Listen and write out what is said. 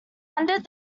ended